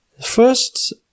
First